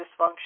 dysfunction